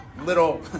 little